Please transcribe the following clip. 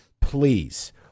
please